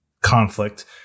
conflict